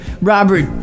Robert